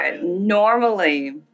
Normally